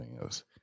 else